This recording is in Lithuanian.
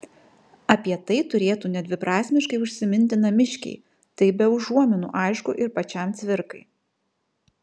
apie tai turėtų nedviprasmiškai užsiminti namiškiai tai be užuominų aišku ir pačiam cvirkai